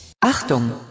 Achtung